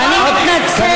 אני מתנצלת בפניך,